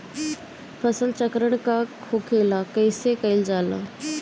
फसल चक्रण का होखेला और कईसे कईल जाला?